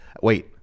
Wait